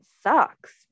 sucks